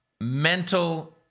mental